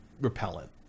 repellent